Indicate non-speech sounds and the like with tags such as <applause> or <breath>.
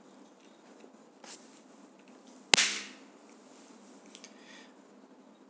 <breath>